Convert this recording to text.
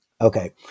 Okay